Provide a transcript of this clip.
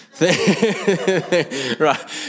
Right